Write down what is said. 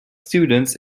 students